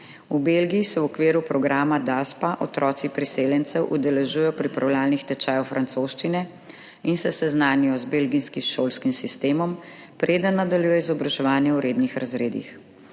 V Belgiji se v okviru programa DASPA otroci priseljencev udeležujejo pripravljalnih tečajev francoščine in se seznanijo z belgijskim šolskim sistemom, preden nadaljujejo izobraževanje v rednih razredih.